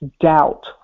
doubt